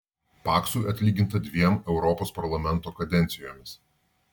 paksui atlyginta dviem europos parlamento kadencijomis